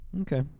okay